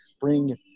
bring